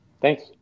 Thanks